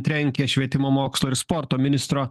trenkė švietimo mokslo ir sporto ministro